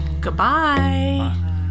Goodbye